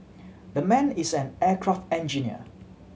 the man is an aircraft engineer